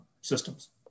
systems